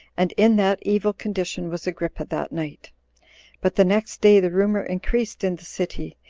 and in that evil condition was agrippa that night but the next day the rumor increased in the city,